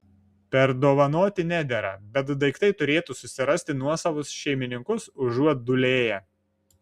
perdovanoti nedera bet daiktai turėtų susirasti nuosavus šeimininkus užuot dūlėję